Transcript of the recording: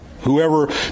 whoever